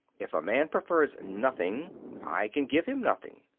if a man prefers nothing i can give him nothing.